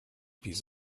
piece